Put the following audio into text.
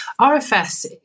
RFS